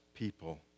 people